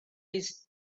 his